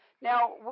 Now